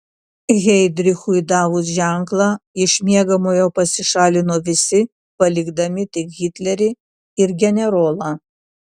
heidrichui davus ženklą iš miegamojo pasišalino visi palikdami tik hitlerį ir generolą